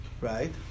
Right